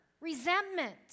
resentment